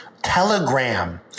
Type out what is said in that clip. Telegram